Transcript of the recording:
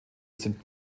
sind